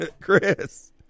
Chris